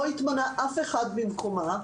לא התמנה אף אחד במקומה.